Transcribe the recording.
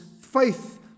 faith